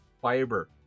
fiber